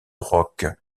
rock